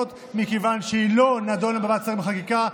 מכיוון שהיא לא נדונה בוועדת שרים לחקיקה,